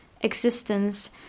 existence